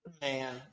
Man